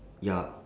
ya